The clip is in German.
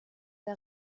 der